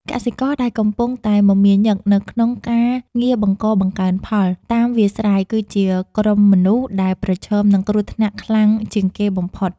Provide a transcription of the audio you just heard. កសិករដែលកំពុងតែមមាញឹកនៅក្នុងការងារបង្កបង្កើនផលតាមវាលស្រែគឺជាក្រុមមនុស្សដែលប្រឈមនឹងគ្រោះថ្នាក់ខ្លាំងជាងគេបំផុត។